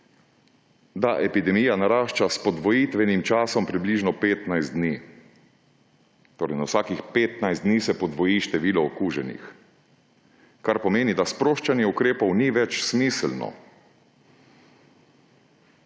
da epidemija narašča s podvojenim časom približno 15 dni. Na vsakih 15 dni se torej podvoji število okuženih, kar pomeni, da sproščanje ukrepov ni več smiselno.